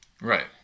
Right